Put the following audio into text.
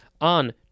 on